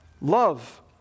Love